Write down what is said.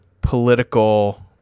political